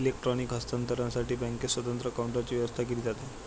electronic हस्तांतरणसाठी बँकेत स्वतंत्र काउंटरची व्यवस्था केली जाते